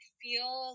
feel